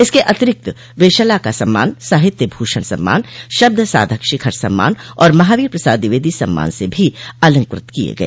इसके अतिरिक्त वे शलाका सम्मान साहित्य भूषण सम्मान शब्द साधक शिखर सम्मान और महावीर प्रसाद द्विवेदी सम्मान से भी अलंकृत किए गए